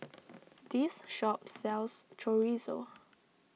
this shop sells Chorizo